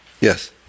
Yes